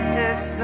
yes